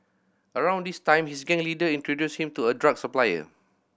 around this time his gang leader introduced him to a drug supplier